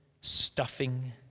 stuffing